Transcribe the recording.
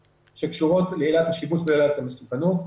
שקשורות לעילת השיבוש ועילת המסוכנות.